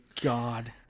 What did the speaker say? God